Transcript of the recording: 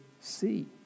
see